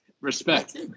respect